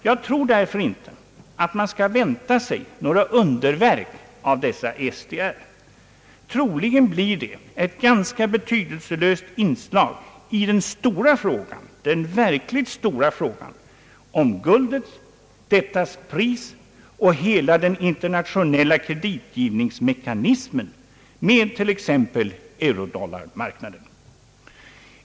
Jag tror därför inte att man skall vänta sig några underverk av dessa SDR. Troligen blir de ett ganska betydelselöst inslag i den verkligt stora frågan om guldet, dess pris och hela der internationella kreditgivningsmekanismen med t.ex. eurodollarmarknaden.